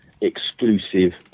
exclusive